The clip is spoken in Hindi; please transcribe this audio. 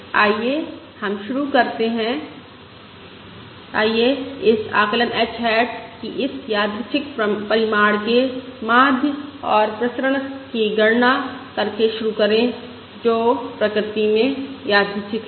आइए हम शुरू करते हैं आइए इस आकलन h हैट की इस यादृच्छिक परिमाण के माध्य और प्रसरण की गणना करके शुरू करें जो प्रकृति में यादृच्छिक है